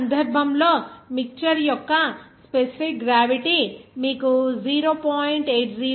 ఈ సందర్భంలో మిక్చర్ యొక్క స్పెసిఫిక్ గ్రావిటీ మీకు 0